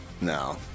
No